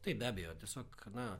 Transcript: taip be abejo tiesiog na